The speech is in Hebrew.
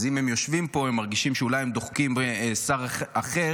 אז אם הם יושבים פה הם מרגישים שאולי הם דוחקים שר אחר.